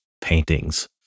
paintings